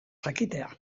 jakitea